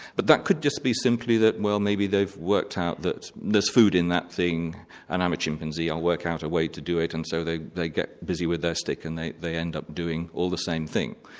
but that could just be simply that well maybe they've worked out that there's food in that thing and i'm a chimpanzee and i'll work out a way to do it and so they they get busy with their stick and they they end up doing all the same thing.